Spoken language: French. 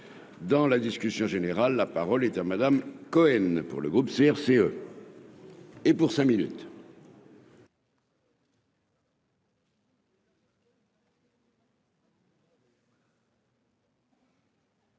Dans la discussion générale, la parole est à Madame Cohen pour le groupe CRCE. Et pour cinq minutes.